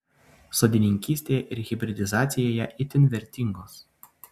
sodininkystėje ir hibridizacijoje itin vertingos